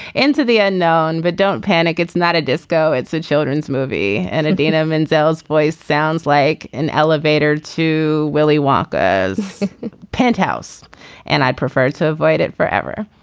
into the unknown but don't panic it's not a disco it's a children's movie and idina menzel s voice sounds like an elevator to willy wonka as penthouse and i'd prefer to avoid it forever.